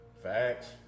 Facts